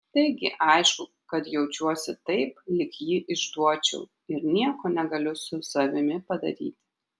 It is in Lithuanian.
taigi aišku kad jaučiuosi taip lyg jį išduočiau ir nieko negaliu su savimi padaryti